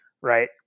right